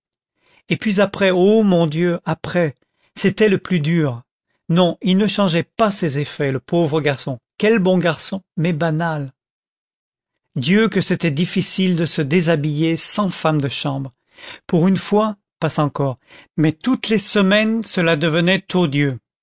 et puis après oh mon dieu après c'était le plus dur non il ne changeait pas ses effets le pauvre garçon quel bon garçon mais banal dieu que c'était difficile de se déshabiller sans femme de chambre pour une fois passe encore mais toutes les semaines cela devenait odieux